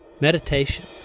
Meditation